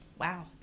wow